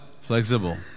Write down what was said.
Flexible